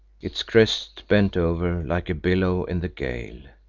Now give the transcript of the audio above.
its crest bent over like a billow in the gale,